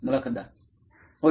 मुलाखतदार होय